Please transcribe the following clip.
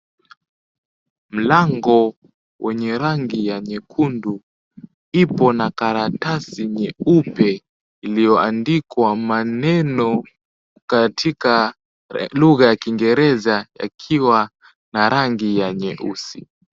Mlango wenye rangi ya nyekundu ipo na karatasi nyeupe, iliyoandikwa maneno katika lugha ya kiingereza yakiwa na rangi ya nyeusi.